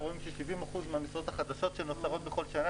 רואים ש-70% מהמשרות החדשות שנוצרות בכל שנה,